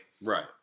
Right